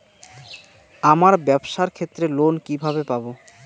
আমার ব্যবসার ক্ষেত্রে লোন কিভাবে পাব?